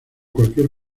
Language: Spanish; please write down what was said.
cualquier